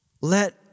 Let